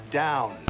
down